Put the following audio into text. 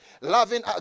loving